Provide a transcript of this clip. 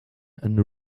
and